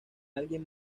alguien